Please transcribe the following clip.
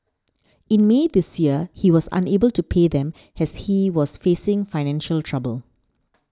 in May this year he was unable to pay them as he was facing financial trouble